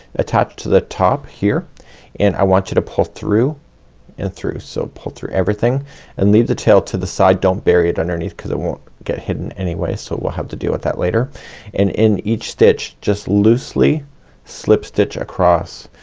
attach to the top here and i want you to pull through and through. so pull through everything and leave the tail to the side. don't bury it underneath because it won't get hidden anyway. so we'll have to deal with that later and in each stitch just loosely slip stitch across.